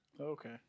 Okay